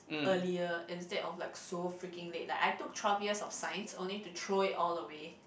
earlier instead of like so freaking late like I took twelve years of science only to throw it all away